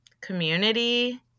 community